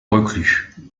reclus